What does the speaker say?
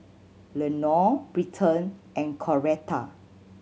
Lenore Britton and Coretta